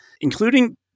including